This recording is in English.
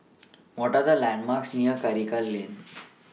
What Are The landmarks near Karikal Lane